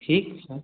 ठीक होइ